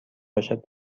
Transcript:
باشد